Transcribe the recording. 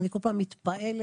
בכל פעם אני מתפעלת.